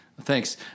Thanks